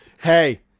hey